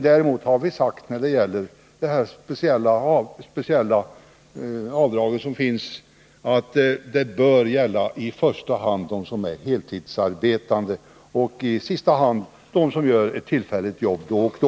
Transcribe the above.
Däremot har vi sagt att de största skattelättnaderna bör gälla i första hand dem som är heltidsarbetande och i sista hand dem som gör tillfälliga jobb då och då.